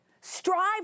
strive